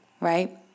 right